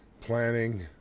planning